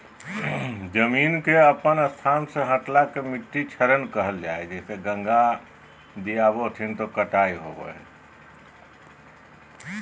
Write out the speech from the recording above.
भूमि के अपन स्थान से हटला के मिट्टी क्षरण कहल जा हइ